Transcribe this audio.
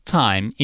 time